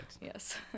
Yes